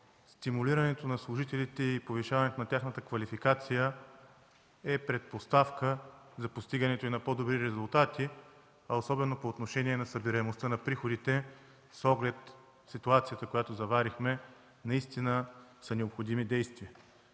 стимулирането на служителите и повишаването на тяхната квалификация е предпоставка за постигането на по-добри резултати, особено по отношение събираемостта на приходите. С оглед ситуацията, която заварихме, наистина са необходими действия.